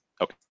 okay